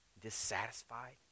Dissatisfied